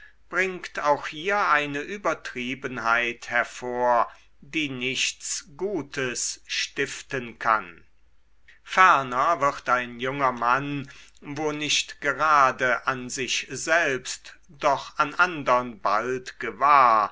bringt auch hier eine übertriebenheit hervor die nichts gutes stiften kann ferner wird ein junger mann wo nicht gerade an sich selbst doch an andern bald gewahr